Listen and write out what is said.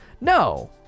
No